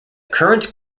current